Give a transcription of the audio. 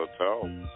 Hotel